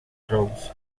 rose